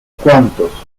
cuantos